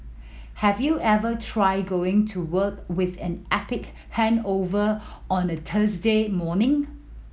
have you ever tried going to work with an epic hangover on a Thursday morning